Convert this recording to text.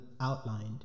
outlined